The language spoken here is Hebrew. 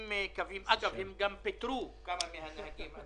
אגב, הם גם פיטרו כמה מהנהגים.